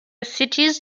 cities